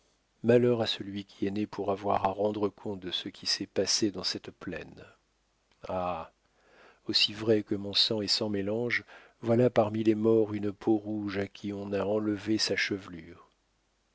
malheur à celui qui est né pour avoir à rendre compte de ce qui s'est passé dans cette plaine ah aussi vrai que mon sang est sans mélange voilà parmi les morts une peau-rouge à qui on a enlevé sa chevelure